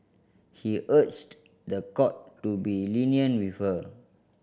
he urged the court to be lenient with her